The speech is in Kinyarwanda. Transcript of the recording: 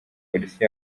polisi